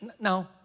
No